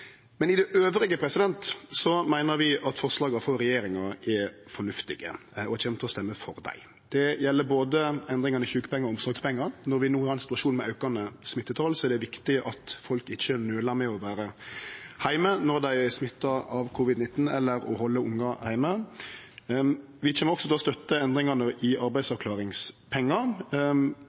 Men elles meiner vi at forslaga frå regjeringa er fornuftige og kjem til å stemme for dei. Det gjeld både endringane i sjukepengar og omsorgspengar – når vi no har ein situasjon med aukande smittetal, er det viktig at folk ikkje nøler med å vere heime når dei er smitta av covid-19, eller å halde ungar heime – og vi kjem også til å støtte endringane i arbeidsavklaringspengar.